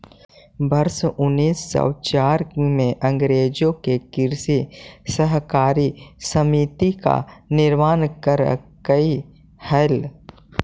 वर्ष उनीस सौ चार में अंग्रेजों ने कृषि सहकारी समिति का निर्माण करकई हल